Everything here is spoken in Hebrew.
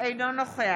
אינו נוכח